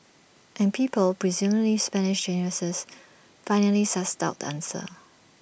and people presumably Spanish geniuses finally sussed out the answer